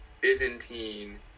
Byzantine